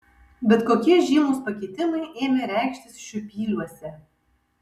bet kokie žymūs pakitimai ėmė reikštis šiupyliuose